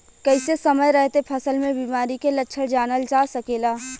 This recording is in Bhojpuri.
कइसे समय रहते फसल में बिमारी के लक्षण जानल जा सकेला?